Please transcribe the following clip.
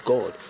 God